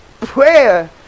Prayer